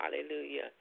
hallelujah